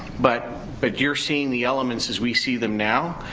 but but you're seeing the elements as we see them now,